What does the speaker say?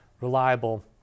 reliable